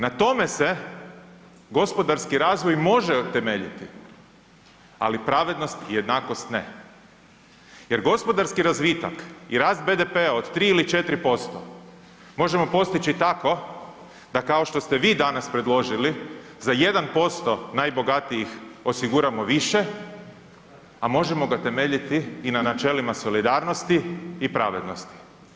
Na tome se gospodarski razvoj može utemeljiti, ali pravednost i jednakost ne jer gospodarski razvitak i rast BDP-a od 3 ili 4% možemo postići tako da kao što ste vi danas predložili za 1% najbogatijih osiguramo više, a možemo ga temeljiti i na načelima solidarnosti i pravednosti.